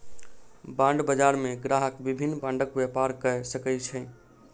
bond बजार मे ग्राहक विभिन्न बांडक व्यापार कय सकै छै